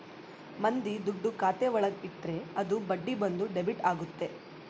ಮಂದಿ ದುಡ್ಡು ಖಾತೆ ಒಳಗ ಇಟ್ರೆ ಅದು ಬಡ್ಡಿ ಬಂದು ಡೆಬಿಟ್ ಆಗುತ್ತೆ